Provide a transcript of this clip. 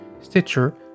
Stitcher